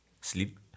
sleep